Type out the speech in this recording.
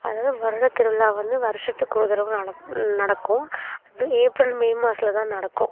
அதாவது வருடத்திருவிழா வந்து வருஷத்துக்கு ஒரு தடவை நட நடக்கும் அதுவும் ஏப்ரல் மே மாதத்துல தான் நடக்கும்